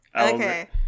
Okay